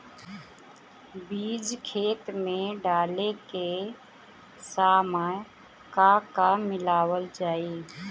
बीज खेत मे डाले के सामय का का मिलावल जाई?